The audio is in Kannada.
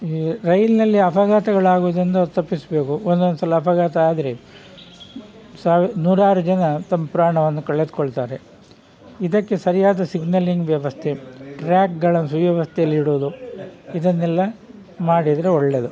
ಈ ರೈಲಿನಲ್ಲಿ ಅಪಘಾತಗಳಾಗುವುದನ್ನು ತಪ್ಪಿಸಬೇಕು ಒಂದೊಂದು ಸಲ ಅಪಘಾತ ಆದರೆ ಸಾವಿ ನೂರಾರು ಜನ ತಮ್ಮ ಪ್ರಾಣವನ್ನು ಕಳೆದುಕೊಳ್ತಾರೆ ಇದಕ್ಕೆ ಸರಿಯಾದ ಸಿಗ್ನಲಿಂಗ್ ವ್ಯವಸ್ಥೆ ಟ್ರ್ಯಾಕ್ಗಳ ಸುವ್ಯವಸ್ಥೆಯಲ್ಲಿಡೋದು ಇದನ್ನೆಲ್ಲ ಮಾಡಿದರೆ ಒಳ್ಳೆಯದು